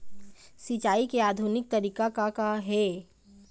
सिचाई के आधुनिक तरीका का का हे?